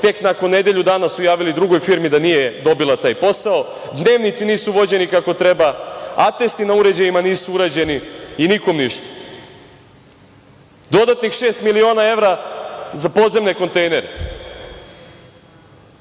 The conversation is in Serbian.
Tek nakon nedelju dana su javili drugoj firmi da nije dobila taj posao. Dnevnici nisu vođeni kako treba. Atesti na uređajima nisu urađeni i nikom ništa. Dodatnih šest miliona evra za podzemne kontejnere.